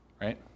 right